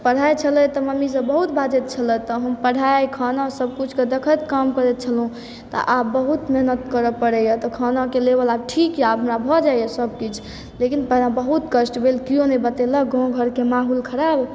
तऽ पढ़ाई छलै तऽ मम्मी सब बहुत बाजैत छलैथ तऽ हम पढ़ाई खाना सब कुछ देखैत काम करैत छलहुँ तऽ आब बहुत मेहनत करऽ पड़ैए तऽ खानाके लेवल आब ठीक यऽ हमरा भए जाइ यऽ सब किछु लेकिन पहिने बहुत कष्ट भेल कियो नहि बतेलक गाँव घरके माहौल खराब